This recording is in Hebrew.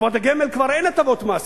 קופות הגמל, כבר אין הטבות מס.